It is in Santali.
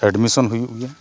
ᱮᱰᱢᱤᱥᱚᱱ ᱦᱩᱭᱩᱜ ᱜᱮᱭᱟ